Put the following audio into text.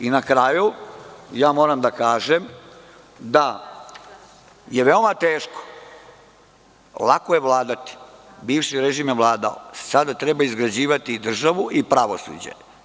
Na kraju moram da kažem da je veoma teško, lako je vladati, bivši režim je vladao, sada treba izgrađivati državu i pravosuđe.